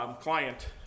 client